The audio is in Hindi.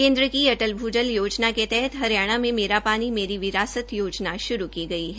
केन्द्र की अटल भूजल योजना के तहत हरियाणा में मेरा पानी मेरी विरासत योजना श्रू की गई है